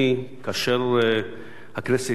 כאשר הכנסת התכנסה,